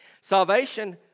Salvation